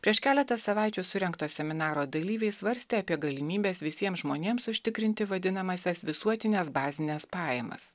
prieš keletą savaičių surengto seminaro dalyviai svarstė apie galimybes visiems žmonėms užtikrinti vadinamąsias visuotines bazines pajamas